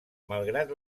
malgrat